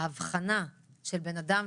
האבחנה של אדם,